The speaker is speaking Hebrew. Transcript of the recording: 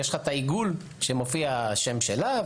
יש לך את העיגול שבו מופיע השם שלה,